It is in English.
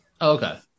Okay